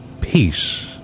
Peace